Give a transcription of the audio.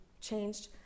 changed